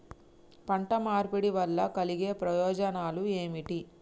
పంట మార్పిడి వల్ల కలిగే ప్రయోజనాలు ఏమిటి?